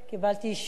קיבלתי אישור